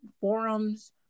forums